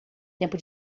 tempo